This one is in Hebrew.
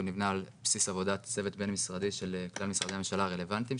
נבנה על בסיס עבודת צוות בין-משרדית של כלל משרדי הממשלה הרלוונטיים,